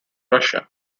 russia